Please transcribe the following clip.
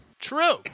True